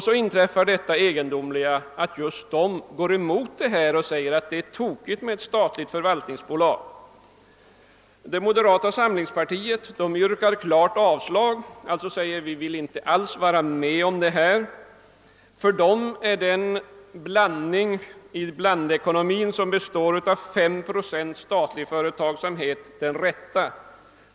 Då inträffar emellertid det egendomliga att de går emot förslaget och menar att det är olämpligt med ett förvaltningsbolag. Moderata samlingspartiet yrkar klart avslag på propositionen och uttalar alltså att det inte vill vara med om inrättandet av bolaget. För det är den sammansättning av blandekonomin som består av fem procent statlig företagsamhet den rätta.